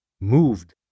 moved